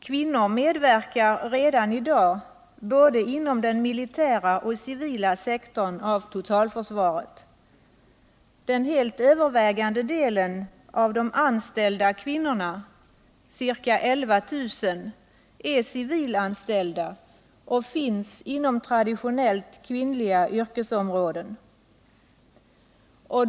Kvinnor medverkar redan i dag både inom den militära och den civila sektorn av totalförsvaret. Den helt övervägande delen av de anställda kvinnorna, ca 11 000, är civilanställda och finns inom traditionellt kvinnliga yrkesområden.